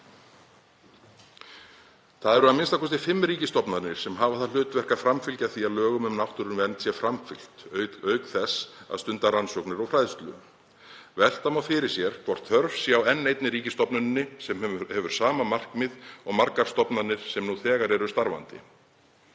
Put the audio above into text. Það eru a.m.k. fimm ríkisstofnanir sem hafa það hlutverk að framfylgja því að lögum um náttúruvernd sé framfylgt auk þess að stunda rannsóknir og fræðslu. Velta má fyrir sér hvort þörf sé á enn einni ríkisstofnuninni sem hefur sama markmið og margar stofnanir sem nú þegar eru starfandi.